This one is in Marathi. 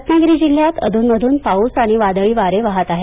रत्नागिरी जिल्हयात अधून मधून पाऊस आणि वादळी वारे वाहत आहेत